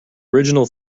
original